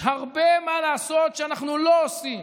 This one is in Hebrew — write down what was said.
יש הרבה מה לעשות שאנחנו לא עושים,